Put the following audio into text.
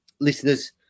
listeners